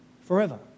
forever